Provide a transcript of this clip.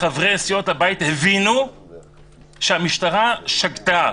חברי סיעות הבית הבינו שהמשטרה שגתה,